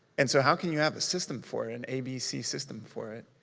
and so how can you have a system for an abc system for it.